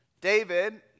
David